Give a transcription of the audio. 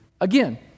again